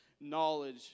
knowledge